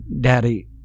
Daddy